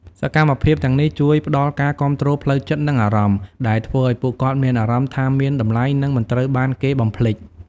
សកម្មភាពទាំងនេះជួយផ្ដល់ការគាំទ្រផ្លូវចិត្ត និងអារម្មណ៍ ដែលធ្វើឲ្យពួកគាត់មានអារម្មណ៍ថាមានតម្លៃ និងមិនត្រូវបានគេបំភ្លេច។